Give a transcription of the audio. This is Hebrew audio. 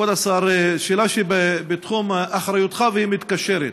כבוד השר, שאלה שבתחום אחריותך, והיא מתקשרת,